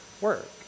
work